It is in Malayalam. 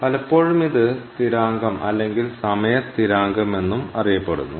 പലപ്പോഴും ഇത് സ്ഥിരാങ്കം അല്ലെങ്കിൽ സമയ സ്ഥിരാങ്കം എന്നും അറിയപ്പെടുന്നു